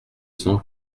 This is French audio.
cent